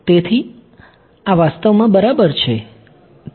તેથી આ વાસ્તવમાં બરાબર છે